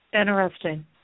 Interesting